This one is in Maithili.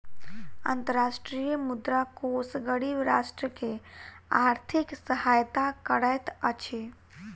अंतर्राष्ट्रीय मुद्रा कोष गरीब राष्ट्र के आर्थिक सहायता करैत अछि